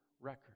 record